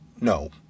no